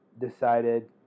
decided